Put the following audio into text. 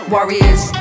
Warriors